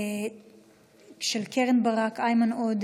מס' 867, 891,